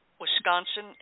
Wisconsin